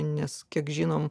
nes kiek žinom